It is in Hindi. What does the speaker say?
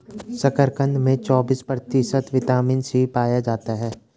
शकरकंद में चौबिस प्रतिशत विटामिन सी पाया जाता है